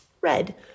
Red